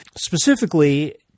specifically